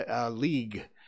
League